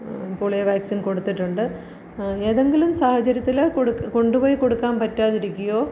polio vaccine കൊടുത്തിട്ടുണ്ട് ഏതെങ്കിലും സാഹചര്യത്തില് കൊട് കൊണ്ടുപോയി കൊടുക്കാൻ പറ്റാതിരിക്കുകയോ